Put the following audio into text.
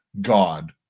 God